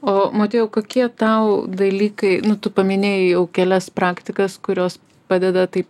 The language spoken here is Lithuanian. o motiejau kokie tau dalykai nu tu paminėjai jau kelias praktikas kurios padeda taip